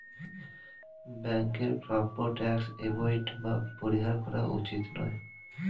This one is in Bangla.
ব্যাংকের প্রাপ্য ট্যাক্স এভোইড বা পরিহার করা উচিত নয়